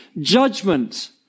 judgment